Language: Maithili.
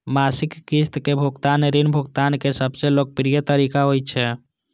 मासिक किस्त के भुगतान ऋण भुगतान के सबसं लोकप्रिय तरीका होइ छै